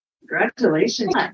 congratulations